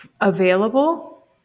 available